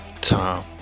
Tom